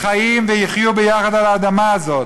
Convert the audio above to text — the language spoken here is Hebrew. והם חיים ויחיו יחד על האדמה הזאת.